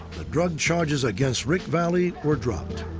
the drug charges against rick vallee were dropped.